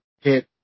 hit